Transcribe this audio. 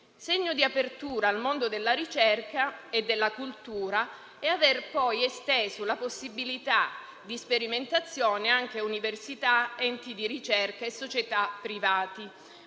Segno di apertura al mondo della ricerca e della cultura è avere poi esteso la possibilità di sperimentazione anche a università, enti di ricerca e società private,